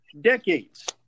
decades